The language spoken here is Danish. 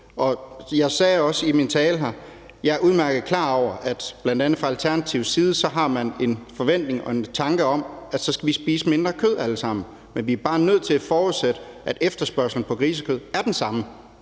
Jeg sagde også i min tale, at jeg udmærket er klar over, at man fra Alternativets side har en forventning og en tanke om, at så skal vi alle sammen spise mindre kød, men vi er bare nødt til at forudsætte, at efterspørgslen på grisekød er den samme